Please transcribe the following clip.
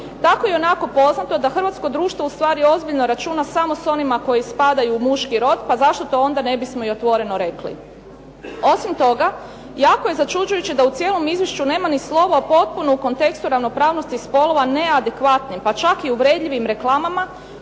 Tako i onako poznato da hrvatsko društvo u stvari ozbiljno računa s onima koji spadaju u muški rod, pa zašto to onda ne bismo otvoreno rekli. Osim toga, jako je začuđujuće da u cijelom izvješću nema ni slova o potpunom kontekstu ravnopravnosti spolova neadekvatnim, pa čak i uvredljivim reklamama,